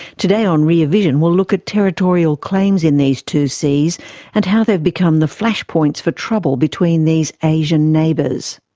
today on rear vision we'll look at territorial claims in these two seas and how they've become the flashpoints for trouble between these asian neighbours.